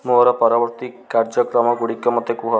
ମୋର ପରବର୍ତ୍ତୀ କାର୍ଯ୍ୟକ୍ରମଗୁଡ଼ିକ ମୋତେ କୁହ